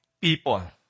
people